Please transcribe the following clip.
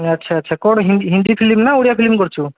ଆଚ୍ଛା ଆଚ୍ଛା କ'ଣ ହିନ୍ଦୀ ଫିଲ୍ମ ନା ଓଡ଼ିଆ ଫିଲ୍ମ କରିଛୁ